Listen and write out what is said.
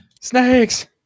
snakes